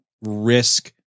risk